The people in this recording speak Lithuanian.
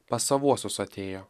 pas savuosius atėjo